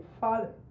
father